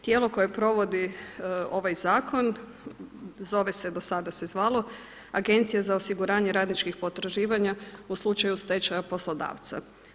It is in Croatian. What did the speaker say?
Tijelo koje provodi ovaj zakon zove se, do sada se zvalo Agencija za osiguranje radničkih potraživanja u slučaju stečaja poslodavca.